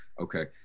Okay